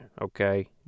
okay